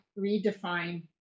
redefine